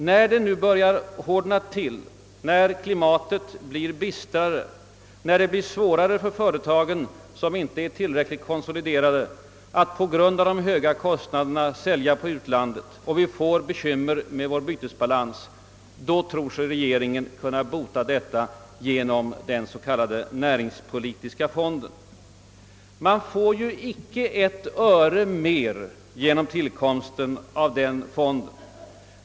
När det nu börjar hårdna till, när klimatet blir bistrare, när det blir svårare för de företag, som inte är tillräckligt konsoliderade, att på grund av höga kostnader sälja till utlandet och vi får bekymmer med vår bytesbalans, tror sig regeringen kunna bota detta genom den s.k. näringspolitiska fonden. Man får ju icke ett öre mer genom tillkomsten av denna fond.